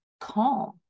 calm